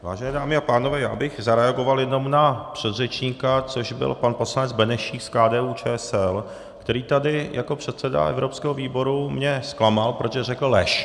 Vážené dámy a pánové, já bych zareagoval na předřečníka, což byl pan poslanec Benešík z KDUČSL, který mě tady jako předseda evropského výboru zklamal, protože řekl lež.